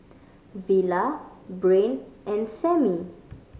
Villa Brain and Samie